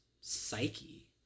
psyche